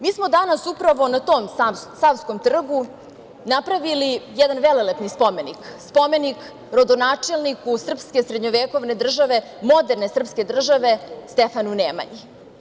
Mi smo danas upravo na tom Savskom trgu napravili jedan velelepni spomenik, spomenik rodonačelniku srpske srednjevekovne države, moderne srpske države, Stefanu Nemanji.